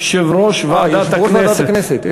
יושב-ראש ועדת הכנסת.